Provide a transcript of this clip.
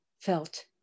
felt